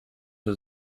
was